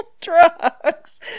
drugs